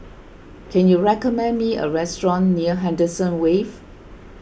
can you recommend me a restaurant near Henderson Wave